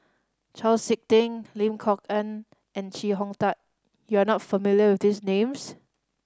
Chau Sik Ting Lim Kok Ann and Chee Hong Tat you are not familiar with these names